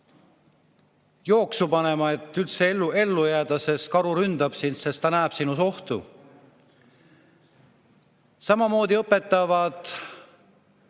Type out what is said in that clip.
jooksu panema, et üldse ellu jääda, sest karu ründab, kuna ta näeb sinus ohtu. Samamoodi õpetavad